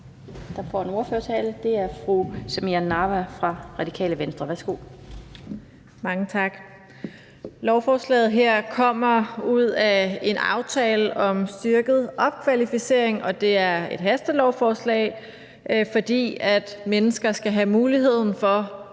der får en ordførertale, er fru Samira Nawa fra Radikale Venstre. Værsgo. Kl. 16:46 (Ordfører) Samira Nawa (RV): Mange tak. Lovforslaget her kommer ud af en aftale om styrket opkvalificering, og det er et hastelovforslag, fordi mennesker skal have muligheden for at